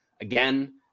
again